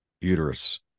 uterus